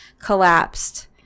collapsed